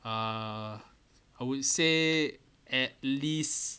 uh I would say at least